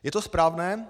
Je to správné?